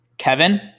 Kevin